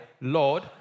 Lord